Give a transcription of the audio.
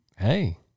Hey